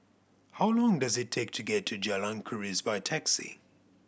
how long does it take to get to Jalan Keris by taxi